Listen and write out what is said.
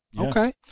Okay